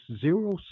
zero